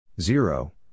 Zero